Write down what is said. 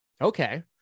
Okay